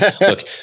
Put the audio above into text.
look